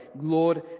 Lord